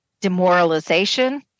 demoralization